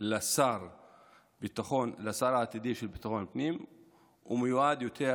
לשר העתידי לביטחון הפנים מיועד יותר